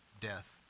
death